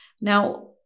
now